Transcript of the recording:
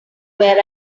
where